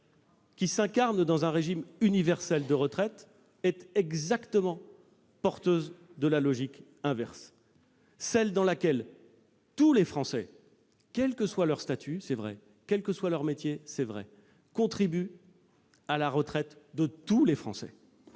qui s'incarne dans un régime universel de retraite est exactement porteuse de la logique inverse, selon laquelle tous les Français, quel que soit leur statut, quel que soit leur métier, contribuent à la retraite de tous les Français.